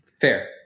Fair